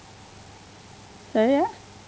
ya